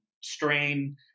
strain